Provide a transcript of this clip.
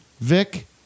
Vic